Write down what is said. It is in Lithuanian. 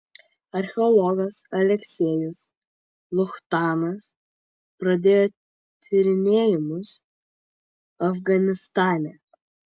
archeologas aleksiejus luchtanas pradėjo tyrinėjimus afganistane